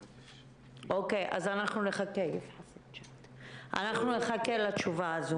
אוקיי, אנחנו נחכה לתשובה הזאת.